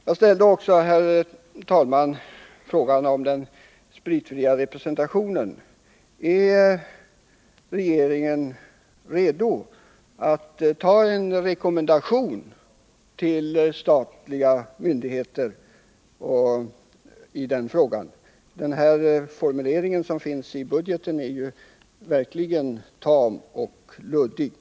När det gäller den spritfria representationen vill jag ställa följande fråga: Är regeringen beredd att avge en rekommendation till statliga myndigheter i detta avseende? Formuleringen i budgetpropositionen är verkligen tam och luddig.